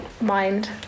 mind